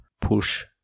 push